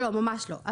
לא, ממש לא.